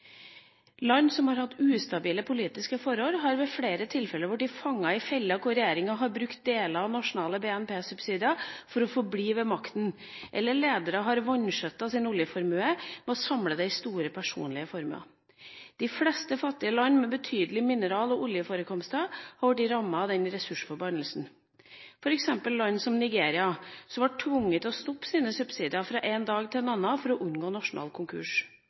Land som har hatt ustabile politiske forhold, har ved flere tilfeller blitt fanget i fella hvor regjeringa har brukt deler av nasjonale BNP-subsidier for å forbli ved makten, eller ledere har vanskjøttet sin oljeformue og samlet den i store personlige formuer. De fleste fattige land med betydelige mineral- og oljeforekomster har de rammene og den ressursforbannelsen – f.eks. land som Nigeria, som ble tvunget til å stoppe sine subsidier fra en dag til en annen for å unngå nasjonal konkurs.